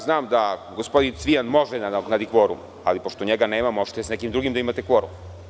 Znam da gospodin Cvijan može da nadoknadi kvorum, ali pošto njega nema, možete sa nekim drugim da imate kvorum.